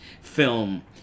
film